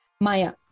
Maya